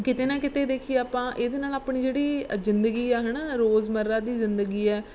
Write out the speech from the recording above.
ਕਿਤੇ ਨਾ ਕਿਤੇ ਦੇਖੀਏ ਆਪਾਂ ਇਹਦੇ ਨਾਲ ਆਪਣੀ ਜਿਹੜੀ ਅ ਜ਼ਿੰਦਗੀ ਆ ਹੈ ਨਾ ਰੋਜ਼ ਮਰਾ ਦੀ ਜ਼ਿੰਦਗੀ ਹੈ